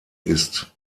ist